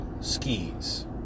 skis